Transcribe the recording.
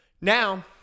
Now